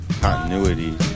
continuity